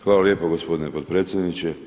Hvala lijepo gospodine potpredsjedniče.